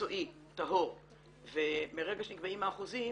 מקצועי טהור ומרגע שנקבעים האחוזים